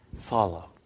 Follow